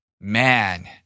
Man